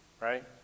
right